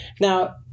Now